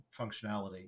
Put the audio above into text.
functionality